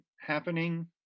happening